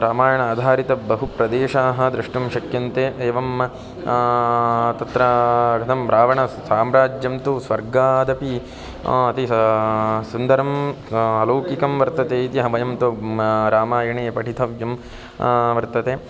रामायणम् आधारिताः बहुप्रदेशाः द्रष्टुं शक्यन्ते एवं तत्र र्दं रावणसाम्राज्यं तु स्वर्गादपि अति सा सुन्दरम् अलौकिकं वर्तते इति अह वयं तु रामायणे पठितव्यं वर्तते